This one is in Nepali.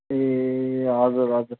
ए हजुर हजुर